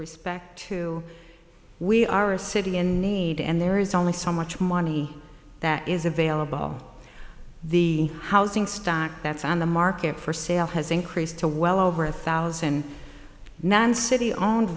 respect to we are a city in need and there is only so much money that is available the housing stock that's on the market for sale has increased to well over a thousand man city owned